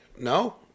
no